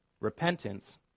Repentance